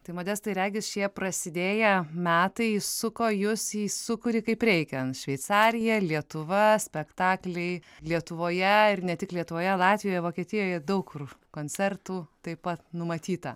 tai modestai regis šie prasidėję metai įsuko jus į sūkurį kaip reikia šveicarija lietuva spektakliai lietuvoje ir ne tik lietuvoje latvijoje vokietijoje daug kur koncertų taip pat numatyta